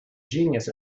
genius